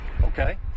Okay